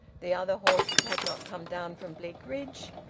the other horses had not come down from bleakridge,